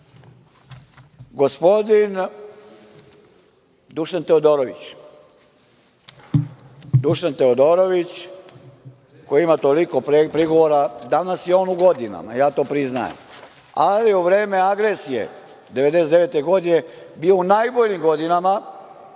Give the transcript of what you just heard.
Dušan Teodorović koji ima toliko prigovora, danas je on u godinama, priznajem, ali u vreme agresije 1999. godine je bio u najboljim godinama